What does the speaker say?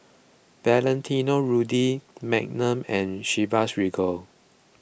Valentino Rudy Magnum and Chivas Regal